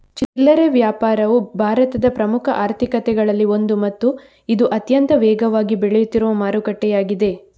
ಚಿಲ್ಲರೆ ವ್ಯಾಪಾರವು ಭಾರತದ ಪ್ರಮುಖ ಆರ್ಥಿಕತೆಗಳಲ್ಲಿ ಒಂದು ಮತ್ತು ಇದು ಅತ್ಯಂತ ವೇಗವಾಗಿ ಬೆಳೆಯುತ್ತಿರುವ ಮಾರುಕಟ್ಟೆಯಾಗಿದೆ